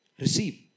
Receive